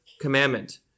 commandment